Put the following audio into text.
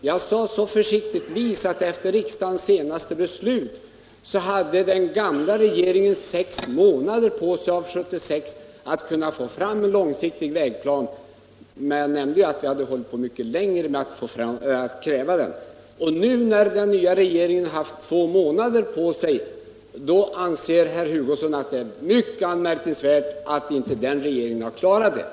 Jag sade försiktigtvis att efter riksdagens senaste beslut hade den gamla regeringen sex månader på sig av år 1976 för att ta fram en långsiktig vägplan, men jag nämnde också att vi hade hållit på mycket längre med att kräva den. Men när den nya regeringen har haft bara två månader på sig anser herr Hugosson det mycket anmärkningsvärt att vår regering inte har lyckats klara uppgiften.